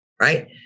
Right